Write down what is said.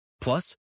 Plus